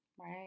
Right